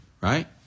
right